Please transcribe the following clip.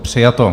Přijato.